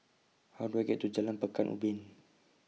How Do I get to Jalan Pekan Ubin